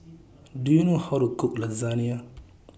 Do YOU know How to Cook Lasagna